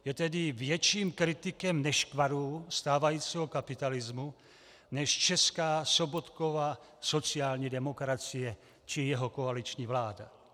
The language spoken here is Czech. Je tedy větším kritikem nešvarů stávajícího kapitalismu než česká Sobotkova sociální demokracie či jeho koaliční vláda.